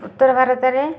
ଉତ୍ତର ଭାରତରେ